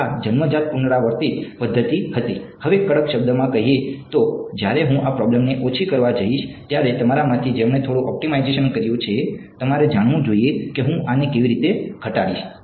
તો આ જન્મજાત પુનરાવર્તિત પદ્ધતિ હતી હવે કડક શબ્દોમાં કહીએ તો જ્યારે હું આ પ્રોબ્લેમને ઓછી કરવા જઈશ ત્યારે તમારામાંથી જેમણે થોડું ઓપ્ટિમાઇઝેશન કર્યું છે તમારે જાણવું જોઈએ કે હું આને કેવી રીતે ઘટાડીશ